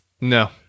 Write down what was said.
No